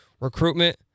recruitment